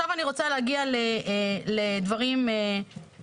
עכשיו אני רוצה להגיע לדברים מהותיים.